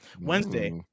Wednesday